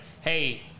hey